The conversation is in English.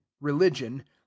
religion